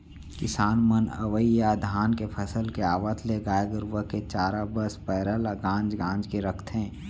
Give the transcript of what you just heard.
किसान मन अवइ या धान के फसल के आवत ले गाय गरूवा के चारा बस पैरा ल गांज गांज के रखथें